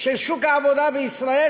של שוק העבודה בישראל,